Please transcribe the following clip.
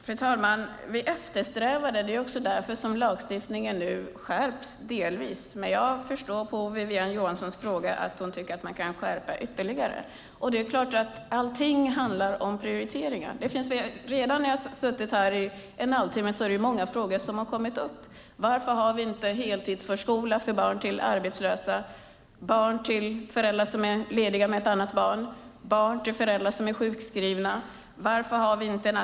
Fru talman! Vi eftersträvade detta, och det är delvis också därför lagstiftningen nu skärps. Men jag förstår av Wiwi-Anne Johanssons fråga att hon tycker att man kan skärpa den ytterligare. Det är klart att allting handlar om prioriteringar. Redan under den halvtimme som jag har suttit här är det många frågor som har kommit upp: Varför har vi inte en heltidsförskola för barn till arbetslösa, för barn till föräldrar som är lediga med ett annat barn, för barn till föräldrar som är sjukskrivna? Varför har vi inte nattis?